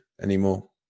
anymore